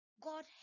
God